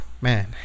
Man